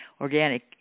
organic